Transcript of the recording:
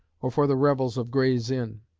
or for the revels of gray's inn.